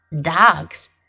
Dogs